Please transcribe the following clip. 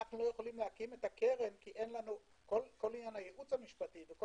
אנחנו לא יכולים להקים את הקרן כי כל עניין הייעוץ המשפטי וכל